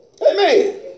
Amen